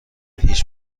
هیچ